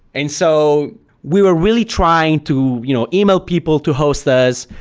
and so we were really trying to you know email people to host us,